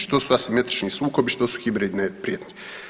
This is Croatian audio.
Što su asimetrični sukobi, što su hibridne prijetnje?